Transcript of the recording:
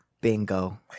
Bingo